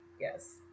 Yes